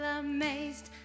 amazed